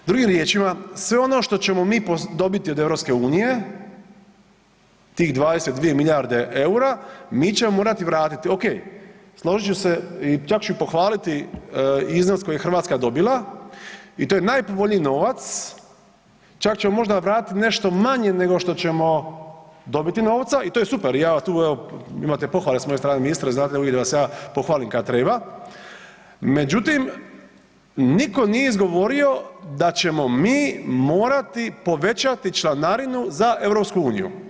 Drugim riječima, sve ono što ćemo mi dobiti od EU tih 22 milijarde EUR-a mi ćemo morati vratiti, ok, složit ću se čak ću i pohvaliti iznos koji je Hrvatska dobila i to je najpovoljniji novac čak ćemo možda vratiti nešto manje nego što ćemo dobiti novca i to je super i ja tu evo imate pohvale s moje strane ministre znate uvijek da vas ja pohvalim kad treba, međutim nitko nije izgovorio da ćemo mi morati povećati članarinu za EU.